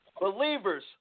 believers